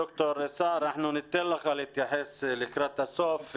ד"ר סער הראל, ניתן לך להתייחס לקראת הסוף.